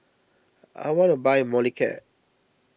I want to buy Molicare